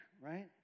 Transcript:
right